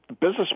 business